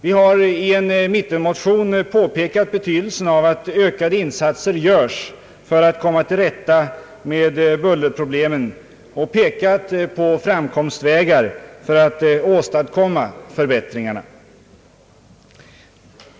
Vi har i en mittenmotion påpekat betydelsen av att ökade insatser görs för att komma till rätta med bullerproblemen och pekat på framkomstvägar för att åstadkomma förbättringar.